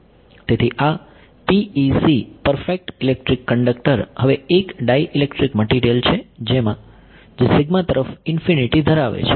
તેથી આ PEC perfect electric conductor હવે એક ડાઇલેક્ટ્રિક મટીરીયલ છે જે સિગ્મા તરફ ઇન્ફીનીટી ધરાવે છે